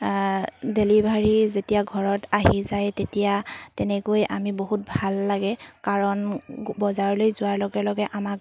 delivery যেতিয়া ঘৰত আহি যায় তেতিয়া তেনেকৈ আমি বহুত ভাল লাগে কাৰণ বজাৰলৈ যোৱাৰ লগে লগে আমাক